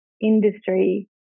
industry